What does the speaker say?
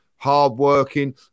hard-working